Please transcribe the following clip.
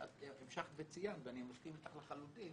אבל את המשכת וציינת ואני מסכים איתך לחלוטין,